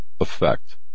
effect